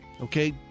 Okay